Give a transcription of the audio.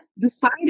decided